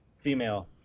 female